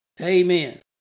Amen